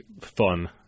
fun